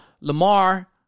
Lamar